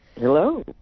Hello